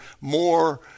More